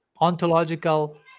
ontological